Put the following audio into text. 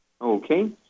Okay